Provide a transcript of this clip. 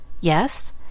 Yes